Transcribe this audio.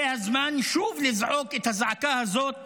זה הזמן שוב לזעוק את הזעקה הזאת